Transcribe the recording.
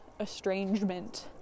estrangement